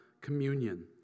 communion